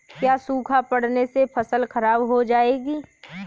क्या सूखा पड़ने से फसल खराब हो जाएगी?